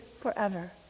forever